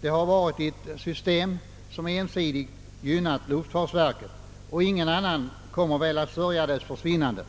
Det har varit ett system som ensidigt gynnat luftfartsverket, och ingen annan kommer väl att sörja över dess försvinnande.